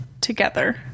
together